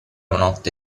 notte